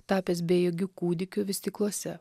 tapęs bejėgiu kūdikiu vystykluose